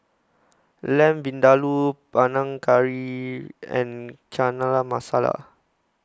Lamb Vindaloo Panang Curry and Chana Masala